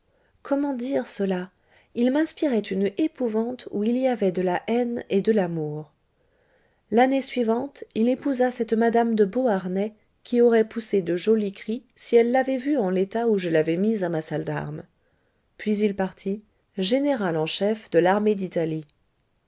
comment dire cela il m'inspirait une épouvante où il y avait de la haine et de l'amour l'année suivante il épousa cette mme de beauharnais qui aurait poussé de jolis cris si elle l'avait vu en l'état où je l'avais mis à ma salle d'armes puis il partit général en chef de l'armée d'italie